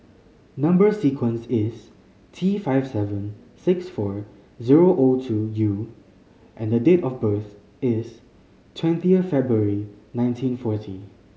number sequence is T five seven six four zero O two U and the date of birth is twentieth February nineteen forty